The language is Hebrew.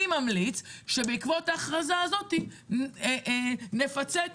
ולכן אני ממליץ שבעקבות ההכרזה הזאת נפצה את